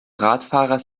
radfahrer